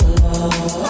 love